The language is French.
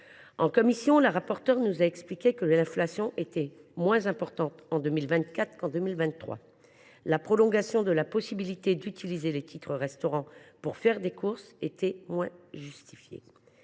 En commission, la rapporteure nous a expliqué que, l’inflation étant moins importante en 2024 qu’en 2023, la prolongation de la possibilité d’utiliser les titres restaurant pour faire des courses se justifiait